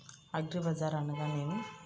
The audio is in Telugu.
అగ్రిబజార్ అనగా నేమి?